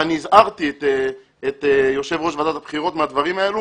ואני הזהרתי את יושב ראש ועדת הבחירות מהדברים האלו.